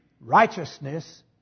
righteousness